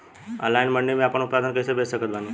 Online mandi मे आपन उत्पादन कैसे बेच सकत बानी?